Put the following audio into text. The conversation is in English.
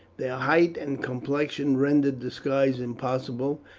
their height and complexion rendered disguise impossible,